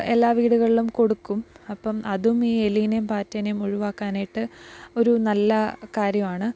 എല്ലാ വീടുകളിലും കൊടുക്കും അപ്പോള് അതും ഈ എലീനേം പാറ്റേനേം ഒഴിവാക്കാനായിട്ട് ഒരു നല്ല കാര്യമാണ്